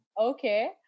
Okay